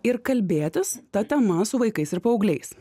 ir kalbėtis ta tema su vaikais ir paaugliais